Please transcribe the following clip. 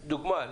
לדוגמה,